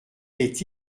est